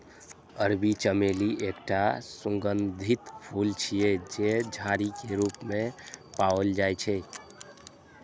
अरबी चमेली एकटा सुगंधित फूल छियै, जे झाड़ी के रूप मे पाओल जाइ छै